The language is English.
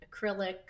acrylic